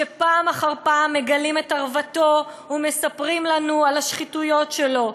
שפעם אחר פעם מגלים את ערוותו ומספרים לנו על השחיתויות שלו,